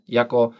jako